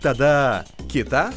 tada kitą